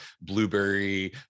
blueberry